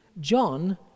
John